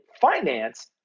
finance